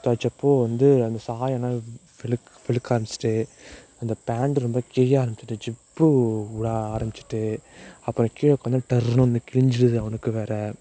துவச்சப்போ வந்து அந்த சாயம்லாம் வெளுக்க வெளுக்க ஆரம்மிச்சிட்டு அந்த பேண்ட்டு ரொம்ப கிழிய ஆரம்மிச்சிட்டு ஜிப்பு விட ஆரம்மிச்சிட்டு அப்புறம் கீழே உக்காந்தா டர்ருன்னு வந்து கிழிஞ்சிடுது அவனுக்கு வேறே